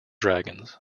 dragons